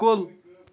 کُل